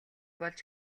болж